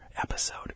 episode